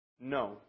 no